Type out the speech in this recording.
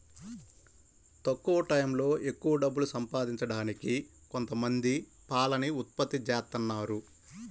తక్కువ టైయ్యంలో ఎక్కవ డబ్బులు సంపాదించడానికి కొంతమంది పాలని ఉత్పత్తి జేత్తన్నారు